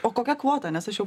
o kokia kvota nes aš jau